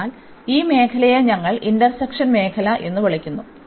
അതിനാൽ ഈ മേഖലയെ ഞങ്ങൾ ഇന്റഗ്രേഷൻ മേഖല എന്ന് വിളിക്കുന്നു